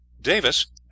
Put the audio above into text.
Davis